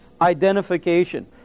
identification